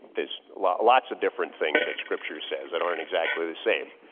there's lots lots of different things that scripture says that aren't exactly the same.